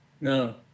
No